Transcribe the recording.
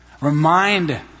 Remind